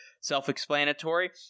self-explanatory